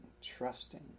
trusting